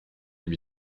lui